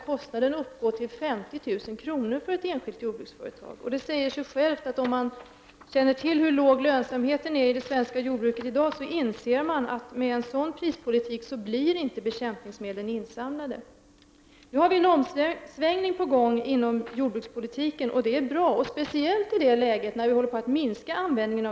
kan uppgå till mellan 30 000 och 50 000 kr. per ton.